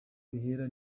bihera